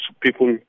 people